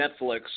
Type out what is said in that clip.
Netflix